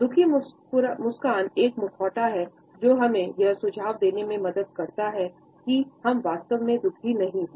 दुखी मुस्कान एक मुखौटा है जो हमें यह सुझाव देने में मदद करता है कि हम वास्तव में दुखी नहीं हैं